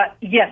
Yes